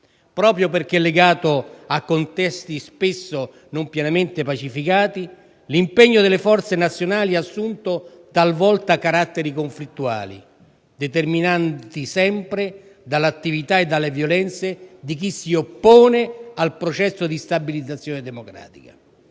Proprio perché legato a contesti spesso non completamente pacificati, l'impegno delle forze nazionali ha assunto talvolta caratteri conflittuali, determinati sempre comunque dall'attività e dalle violenze di chi si oppone al processo di stabilizzazione democratica.